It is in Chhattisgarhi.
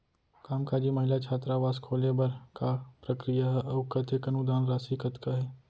कामकाजी महिला छात्रावास खोले बर का प्रक्रिया ह अऊ कतेक अनुदान राशि कतका हे?